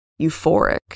euphoric